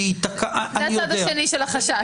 זה הצד השני של החשש.